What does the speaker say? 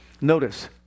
Notice